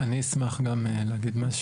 אני אשמח גם להגיד משהו.